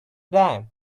dime